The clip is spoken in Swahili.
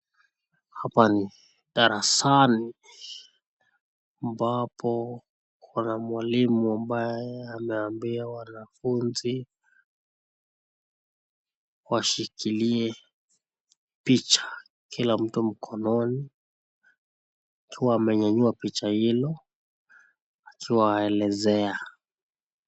Hapa ni darasani ambapo kuna mwalimu ambaye ameambia wanafunzi washikilie picha kila mtu mkononi wakiwa wamenyanyua picha hilo wakiwa anaelezea.